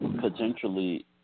Potentially